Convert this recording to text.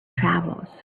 travels